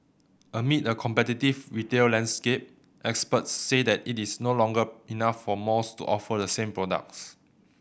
amid a competitive retail landscape experts said it is no longer enough for malls to offer the same products